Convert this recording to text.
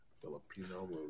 Filipino